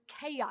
chaos